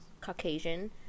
Caucasian